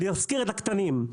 להיזכר בקטנים.